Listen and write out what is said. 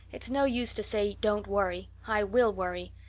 it's no use to say don't worry. i will worry.